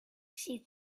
she